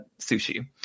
sushi